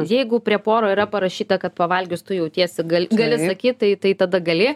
jeigu prie poro yra parašyta kad pavalgius tu jautiesi gal gali sakyt tai tada gali